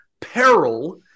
peril